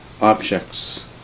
objects